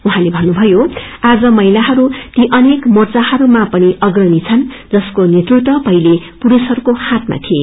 उहाँले भन्नुभयो आज महिलाहरू ती अनेक मोर्चाहरूमा पनि अग्रणी छन् जसको नेतृत्व पहिले पुस्थहरूको हातमा थिए